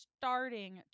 starting